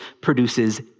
produces